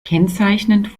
kennzeichnend